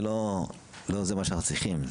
זה לא מה שאנחנו צריכים.